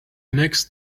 next